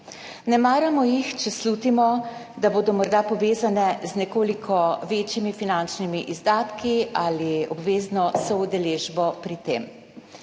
Ne maramo jih, če slutimo, da bodo morda povezane z nekoliko večjimi finančnimi izdatki ali obvezno soudeležbo pri tem.